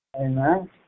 Amen